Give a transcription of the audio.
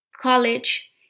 college